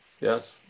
Yes